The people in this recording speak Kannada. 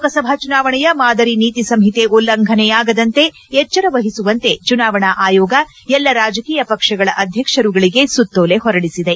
ಲೋಕಸಭಾ ಚುನಾವಣೆಯ ಮಾದರಿ ನೀತಿಸಂಹಿತೆ ಉಲ್ಲಂಘನೆಯಾಗದಂತೆ ಎಚ್ಚರ ವಹಿಸುವಂತೆ ಚುನಾವಣಾ ಆಯೋಗ ಎಲ್ಲಾ ರಾಜಕೀಯ ಪಕ್ಷಗಳ ಅಧ್ವಕ್ಷರುಗಳಿಗೆ ಸುತ್ತೋಲೆ ಹೊರಡಿಸಿದೆ